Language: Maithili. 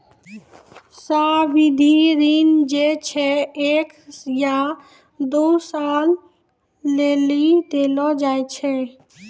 सावधि ऋण जे छै एक या दु सालो लेली देलो जाय छै